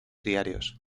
diarios